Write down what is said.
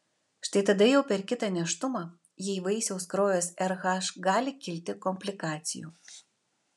štai tada jau per kitą nėštumą jei vaisiaus kraujas rh gali kilti komplikacijų